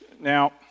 Now